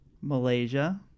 Malaysia